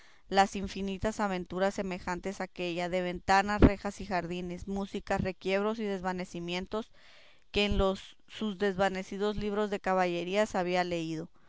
las infinitas aventuras semejantes a aquélla de ventanas rejas y jardines músicas requiebros y desvanecimientos que en los sus desvanecidos libros de caballerías había leído